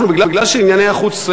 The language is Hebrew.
מכיוון שענייני החוץ,